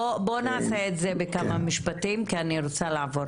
בוא נעשה את זה בכמה משפטים כי אני רוצה לעבור